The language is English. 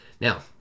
Now